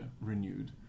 renewed